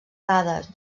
dades